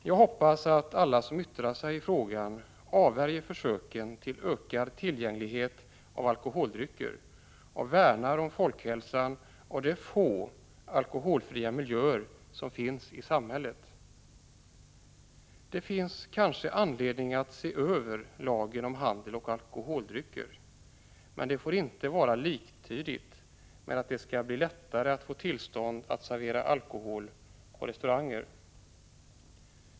Jag hoppas att alla som yttrar sig i frågan avvärjer försöken att göra alkoholdrycker lättare tillgängliga och värnar om folkhälsan och de få alkoholfria miljöer som finns i samhället. Det finns kanske anledning att se över lagen om handel med alkoholdrycker, men det får inte vara liktydigt med att det skall bli lättare att få tillstånd att servera alkohol på restauranger.